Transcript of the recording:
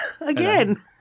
Again